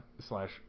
slash